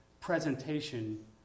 presentation